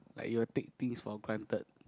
like you'll take things for granted